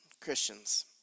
Christians